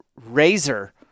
razor